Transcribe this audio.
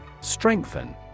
Strengthen